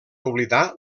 oblidar